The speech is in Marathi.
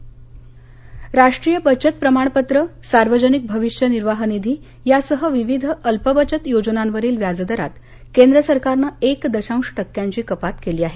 व्याजदर राष्ट्रीय बचत प्रमाणपत्र सार्वजनिक भविष्यनिर्वाह निधी यासह विविध अल्पबचत योजनांवरील व्याजदरात केंद्र सरकारनं एक दशांश टक्क्यांची कपात केली आहे